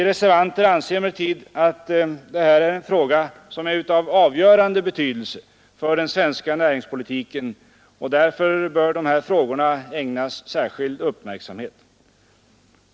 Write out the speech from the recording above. Jag anser emellertid att denna fråga är av avgörande betydelse för den svenska näringspolitiken och att den därför bör ägnas särskild uppmärksamhet.